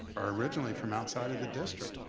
are originally from outside of the district,